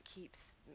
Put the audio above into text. keeps